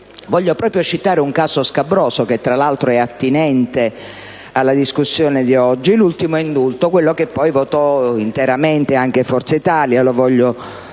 desidero citare un caso scabroso, che tra l'altro è attinente alla discussione di oggi. Mi riferisco all'ultimo indulto, quello che poi votò interamente anche Forza Italia, lo voglio